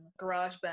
GarageBand